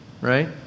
Right